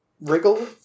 Wriggle